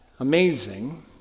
Amazing